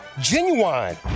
genuine